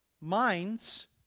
minds